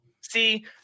see